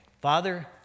Father